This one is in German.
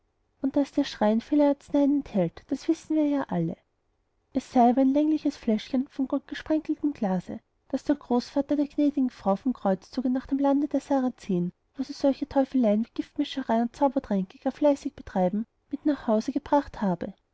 und daß der schrein viele arzeneien enthält das wissen wir ja alle es sei aber ein längliches fläschchen von goldgesprenkeltem glase das der großvater der gnädigen frau vom kreuzzuge nach dem lande der sarazenen wo sie solche teufeleien wie giftmischerei und zaubertränke gar fleißig betreiben mit nach hause gebracht habe